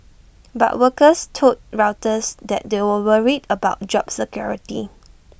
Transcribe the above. but workers told Reuters that they were worried about job security